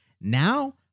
Now